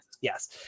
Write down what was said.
Yes